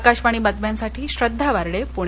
आकाशवाणी बातम्यांसाठी श्रद्वा वार्डे पूणे